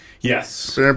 Yes